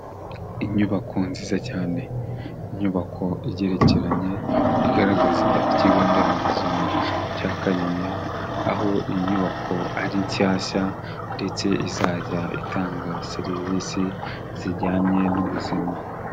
Inyubako nziza cyane, inyubako igerekeranye igaragaza Ikigo nderabuzima cya Kanyinya, aho inyubako ari nshyashya ndetse izajya itanga serivisi zijyanye n'ubuzima.